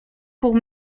pour